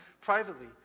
privately